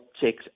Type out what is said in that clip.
checks